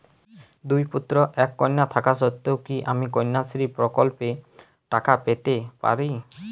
দুই পুত্র এক কন্যা থাকা সত্ত্বেও কি আমি কন্যাশ্রী প্রকল্পে টাকা পেতে পারি?